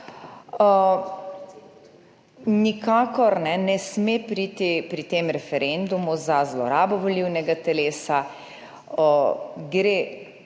Nikakor ne sme priti pri tem referendumu do zlorabe volilnega telesa.